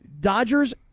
Dodgers